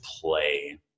play